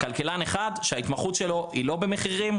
כלכלן אחד שההתמחות שלו היא לא במחירים.